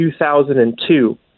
2002